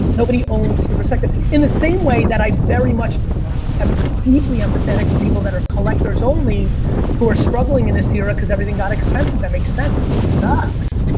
nobody owns your perspective. in the same way that i very much am deeply empathetic with people that are collectors only who are struggling in this era because everything got expensive. that makes sense. that sucks.